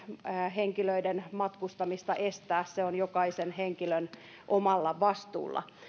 henkilöiden matkustamista estää se on jokaisen henkilön omalla vastuulla